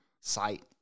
site